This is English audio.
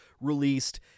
released